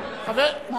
חבר הכנסת בר-און.